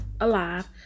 alive